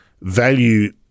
value